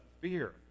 fear